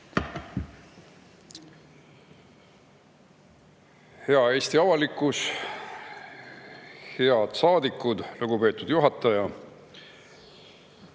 Hea Eesti avalikkus! Head saadikud! Lugupeetud juhataja!